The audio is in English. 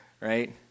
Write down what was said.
right